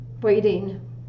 waiting